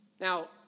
Now